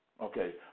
okay